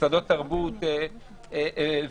מוסדות תרבות ועוד,